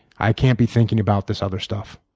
i can't be thinking about this other stuff.